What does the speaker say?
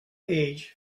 age